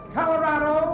Colorado